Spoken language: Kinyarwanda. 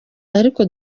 ariko